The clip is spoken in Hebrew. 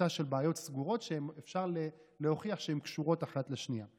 קבוצה של בעיות סגורות שאפשר להוכיח שהן קשורות אחת לשנייה.